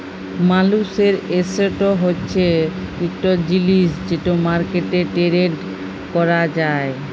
মালুসের এসেট হছে ইকট জিলিস যেট মার্কেটে টেরেড ক্যরা যায়